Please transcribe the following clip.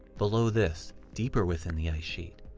below this, deeper within the ice sheet,